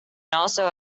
also